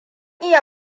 iya